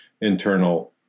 internal